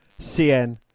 Cn